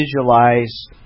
visualize